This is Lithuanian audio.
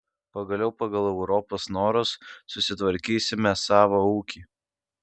pagaliau pagal europos norus susitvarkysime savą ūkį